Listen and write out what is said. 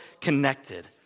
connected